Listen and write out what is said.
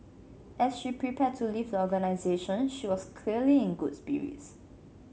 as she prepared to leave the organization she was clearly in good spirits